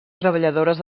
treballadores